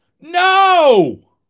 No